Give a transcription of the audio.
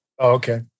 Okay